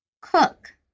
cook